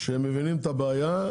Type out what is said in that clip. שהם מבינים את הבעיה,